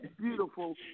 beautiful